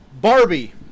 Barbie